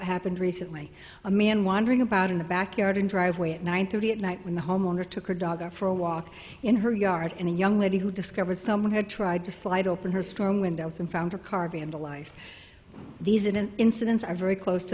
happened recently a man wandering about in the backyard and driveway at nine thirty at night when the homeowner took her dog for a walk in her yard and a young lady who discovers someone had tried to slide open her storm windows and found her car vandalized these in an incidence are very close to